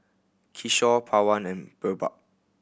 Kishore Pawan and Birbal